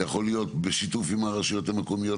יכול להיות בשיתוף עם הרשויות המקומיות.